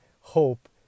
hope